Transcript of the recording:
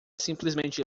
simplesmente